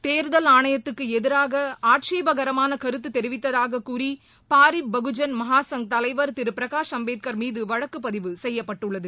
தேர்தல் ஆணையத்துக்கு எதிராக ஆட்சேபகரமான கருத்து தெரிவித்ததாகக் கூறி பாரிப் பகுஜன் மன சங்க் தலைவர் திரு பிரகாஷ் அம்பேத்கர் மீது வழக்கு பதிவு செய்யப்பட்டுள்ளது